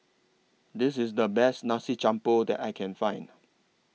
This IS The Best Nasi Campur that I Can Find